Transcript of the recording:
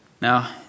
Now